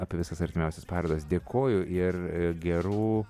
apie visas artimiausias parodas dėkoju ir gerų